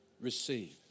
receive